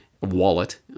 wallet